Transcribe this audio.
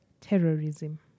terrorism